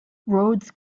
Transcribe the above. roads